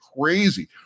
crazy